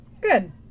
Good